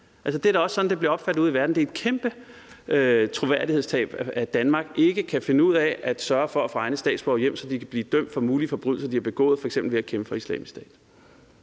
Det er et kæmpe troværdighedstab, at Danmark ikke kan finde ud af at sørge for at få egne statsborgere hjem, så de kan blive dømt for mulige forbrydelser, de har begået, f.eks. ved at kæmpe for Islamisk Stat.